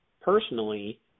personally